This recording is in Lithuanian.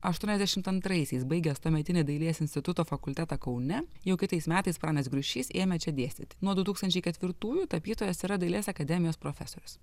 aštuoniasdešimt antraisiais baigęs tuometinį dailės instituto fakultetą kaune jau kitais metais pranas griušys ėmė čia dėstyti nuo du tūkstančiai ketvirtųjų tapytojas yra dailės akademijos profesorius